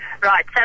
Right